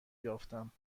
یافتم